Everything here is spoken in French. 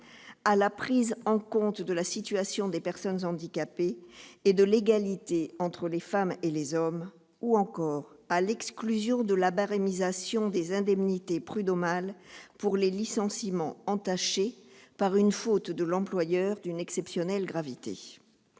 à la prise en compte de la situation des personnes handicapées et de l'égalité entre les femmes et les hommes, ou encore à l'exclusion de la barémisation des indemnités prud'homales pour les licenciements entachés par une faute de l'employeur d'une exceptionnelle gravité.